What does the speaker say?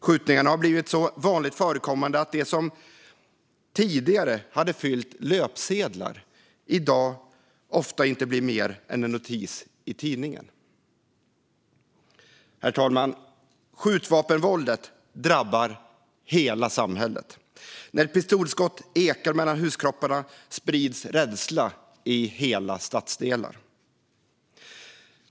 Skjutningarna har blivit så vanligt förekommande att det som tidigare hade fyllt löpsedlarna i dag ofta inte blir mer än en notis i tidningen. Herr talman! Skjutvapenvåldet drabbar hela samhället. När ett pistolskott ekar mellan huskropparna sprids rädsla i hela stadsdelen.